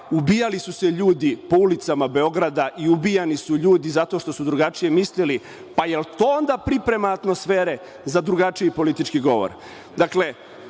ubijali su se ljudi po ulicama Beograda i ubijani su ljudi zato što su drugačije mislili. Pa jel to onda priprema atmosfere za drugačiji politički govor? Dakle,